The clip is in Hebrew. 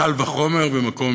קל וחומר במקום